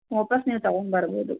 ವಾಪಸು ನೀವು ತಗೊಂಬರ್ಬೋದು